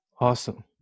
Awesome